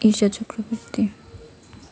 ଇଚ୍ଛା ଚକ୍ରବର୍ତ୍ତୀ